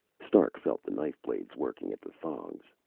stark felt the knife blades working at the thongs.